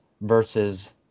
versus